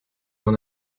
n’en